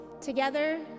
together